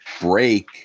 break